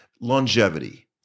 Longevity